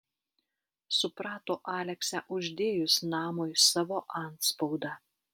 suprato aleksę uždėjus namui savo antspaudą